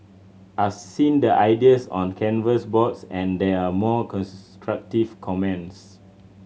I've seen the ideas on the canvas boards and there are constructive comments